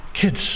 kids